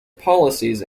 policies